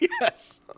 Yes